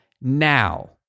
now